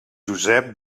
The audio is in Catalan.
josep